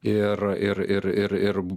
ir ir ir ir ir